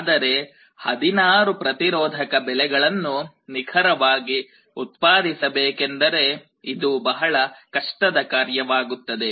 ಆದರೆ 16 ಪ್ರತಿರೋಧಕ ಬೆಲೆಗಳನ್ನು ನಿಖರವಾಗಿ ಉತ್ಪಾದಿಸಬೇಕೆಂದರೆ ಇದು ಬಹಳ ಕಷ್ಟದ ಕಾರ್ಯವಾಗುತ್ತದೆ